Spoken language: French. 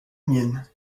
mienne